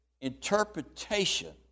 interpretation